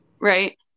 Right